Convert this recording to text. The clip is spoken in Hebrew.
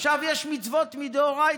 עכשיו, יש מצוות מדאורייתא,